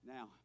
Now